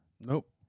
Nope